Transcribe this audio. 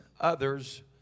others